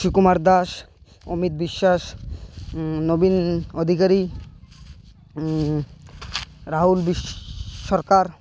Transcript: ସୁୁକୁୁମାର ଦାସ ଅମିତ ବିଶ୍ୱାସ ନବୀନ ଅଧିକାରୀ ରାହୁଲ ବିଶ ସରକାର